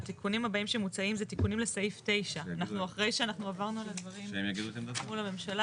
התיקונים הבאים שמוצעים זה תיקונים לסעיף 9. אנחנו אחרי שאנחנו עברנו על הדברים מול הממשלה.